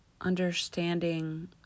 Understanding